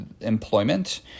employment